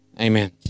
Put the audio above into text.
amen